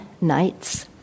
nights